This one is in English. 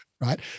right